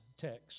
text